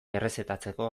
errezetatzeko